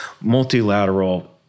multilateral